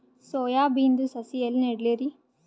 Soya ಬಿನದು ಸಸಿ ಎಲ್ಲಿ ನೆಡಲಿರಿ?